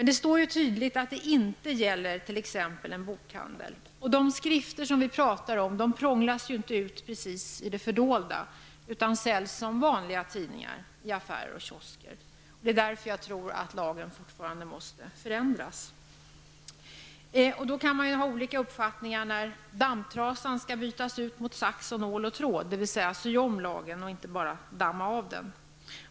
Det står däremot tydligt att det inte gäller försäljning i exempelvis bokhandel. De skrifter vi talar om prånglas ju inte precis ut i det fördolda, utan de säljs som vanliga tidningar i affärer och kiosker. Det är därför jag fortfarande tror att det är nödvändigt att förändra lagen. Man kan ha olika uppfattning om när dammtrasan skall bytas ut mot sax, nål och tråd, dvs. när det är nödvändigt att sy om lagen och inte bara damma av den.